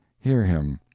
hear him.